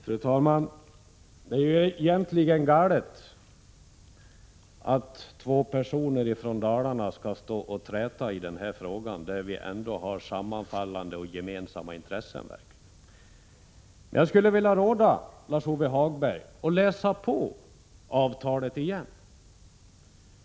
Prot. 1986/87:104 Fru talman! Det är egentligen galet att två personer från Dalarna skall stå — 8 april 1987 och träta i den här frågan, där vi ändå har sammanfallande och gemensamma SSAB Svenskt Stål AB intressen. Jag skulle vilja råda Lars-Ove Hagberg att läsa på avtalet igen.